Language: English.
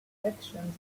elections